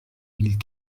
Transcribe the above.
mille